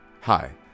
Hi